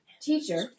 teacher